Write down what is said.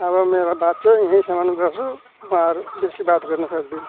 आबो मेरो बात चाहिँ यहीसम्म गर्छु म अरू बेसी बात गर्नु सक्दिनँ